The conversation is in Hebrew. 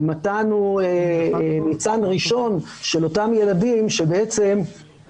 נתנו ניצן ראשון של אותם ילדים שבעצם,